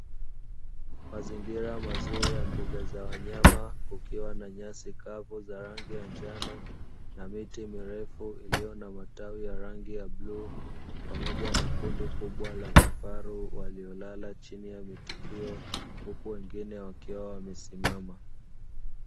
Mazingira mazuri ya mbuga za wanyama kukiwa na nyasi kavu za rangi ya njano na miti mirefu, iliyo na matawi ya rangi ya bluu pamoja na kundi kubwa la vifaru waliolala chini ya miti hiyo huku wengine wakiwa wamesimama.